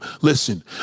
listen